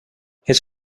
his